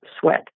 sweat